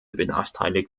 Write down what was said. benachteiligt